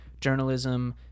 journalism